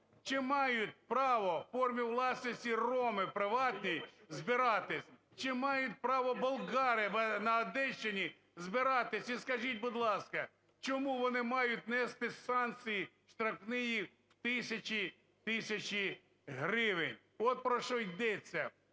чи мають право в формі власності роми права ті збирати? Чи мають право болгари на Одещині збиратись? І скажіть, будь ласка, чому вони мають нести санкції штрафні в тисячі-тисячі гривень? От про що йдеться.